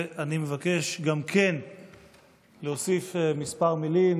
אני מבקש גם כן להוסיף כמה מילים,